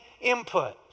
input